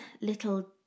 little